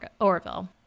Orville